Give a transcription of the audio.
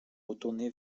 retourné